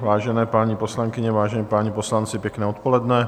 Vážené paní poslankyně, vážení páni poslanci, pěkné odpoledne.